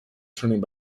turning